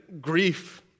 grief